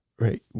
right